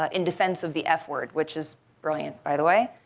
ah in defense of the f word which is brilliant, by the way.